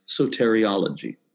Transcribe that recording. soteriology